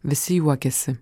visi juokėsi